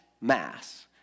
Mass